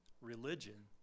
religion